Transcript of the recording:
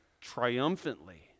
triumphantly